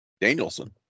Danielson